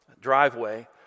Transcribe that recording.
driveway